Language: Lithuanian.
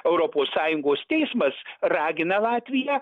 europos sąjungos teismas ragina latviją